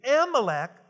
Amalek